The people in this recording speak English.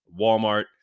Walmart